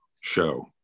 show